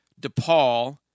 DePaul